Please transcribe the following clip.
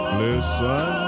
listen